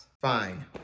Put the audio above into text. Fine